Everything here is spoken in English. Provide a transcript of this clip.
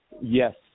Yes